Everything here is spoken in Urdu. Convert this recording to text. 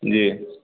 جی